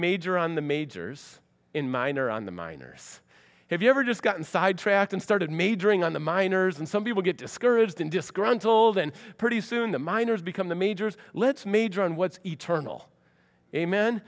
major on the majors in minor on the miners have you ever just gotten sidetracked and started majoring on the minors and some people get discouraged and disgruntled and pretty soon the miners become the majors let's major on what's eternal amen